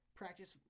practice